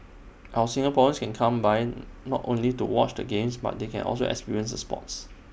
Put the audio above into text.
our Singaporeans can come by not only to watch the games but they can also experience the sports